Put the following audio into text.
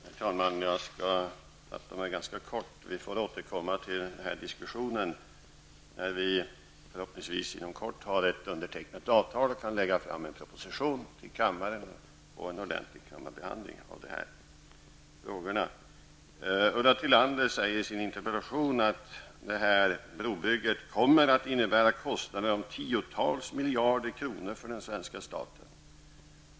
Herr talman! Jag skall fatta mig ganska kort. Vi får återkomma till denna diskussion när vi förhoppningsvis inom kort har ett undertecknat avtal. Regeringen kan då lägga fram en proposition till kammaren och en ordentlig kammarbehandling kan ske av dessa frågor. Ulla Tillander säger i sin interpellation att brobygget kommer att innebära kostnader om tiotals miljarder kronor för den svenska staten.